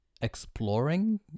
exploring